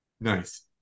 Nice